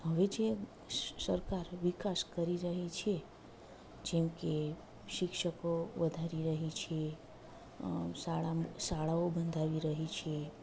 હવે જે સરકાર વિકાસ કરી રહી છે જેમકે શિક્ષકો વધારી રહી છે શાળા શાળાઓ બંધાવી રહી છે